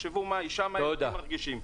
תחשבו מה האישה, מה הילדים מרגישים.